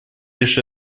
лишь